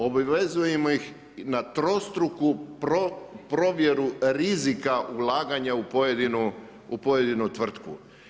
Obvezujemo ih na trostruku provjeru rizika ulaganja u pojedinu tvrtku.